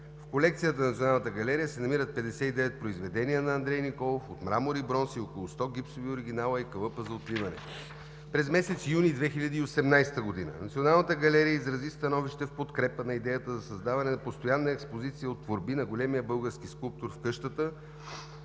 В колекцията на Националната галерия се намират 59 произведения на Андрей Николов от мрамор и бронз и около 100 гипсови оригинала и калъпа за отливане. През месец юни 2018 г. Националната галерия изрази становище в подкрепа на идеята за създаване на постоянна експозиция от творби на големия български скулптор в къщата,